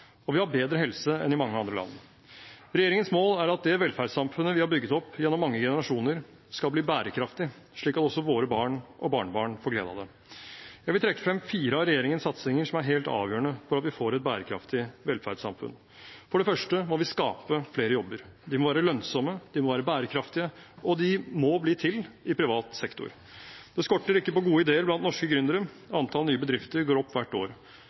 og vi har bedre helse enn i mange andre land. Regjeringens mål er at det velferdssamfunnet vi har bygget opp gjennom mange generasjoner, skal bli bærekraftig, slik at også våre barn og barnebarn får glede av det. Jeg vil trekke frem fire av regjeringens satsinger som er helt avgjørende for at vi får et bærekraftig velferdssamfunn. For det første må vi skape flere jobber. De må være lønnsomme, de må være bærekraftige, og de må bli til i privat sektor. Det skorter ikke på gode ideer blant norske gründere, antall nye bedrifter går opp hvert år,